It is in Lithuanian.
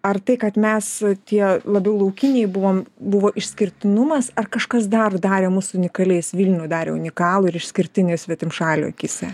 ar tai kad mes tie labiau laukiniai buvom buvo išskirtinumas ar kažkas dar darė mus unikaliais vilnių darė unikalų ir išskirtinį svetimšalių akyse